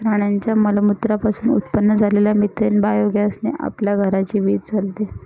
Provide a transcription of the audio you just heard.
प्राण्यांच्या मलमूत्रा पासून उत्पन्न झालेल्या मिथेन बायोगॅस ने आपल्या घराची वीज चालते